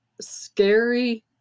scary